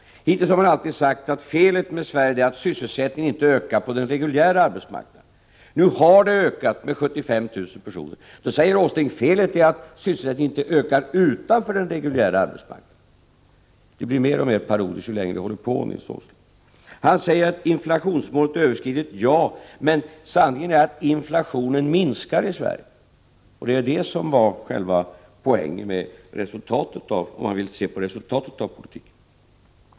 Hittills har han alltid sagt att sysselsättningen inte har ökat på den reguljära arbetsmarknaden. Nu har den ökat med 75 000 personer. Då säger Nils Åsling att felet är att sysselsättningen inte har ökat utanför den reguljära arbetsmarknaden. Det blir mer och mer parodiskt ju längre Nils Åsling håller på. Nils Åsling påstår också att inflationsmålet är överskridet. Ja, men sanningen är att inflationen i Sverige minskar. Det är ju själva poängen, om man ser till resultatet av politiken.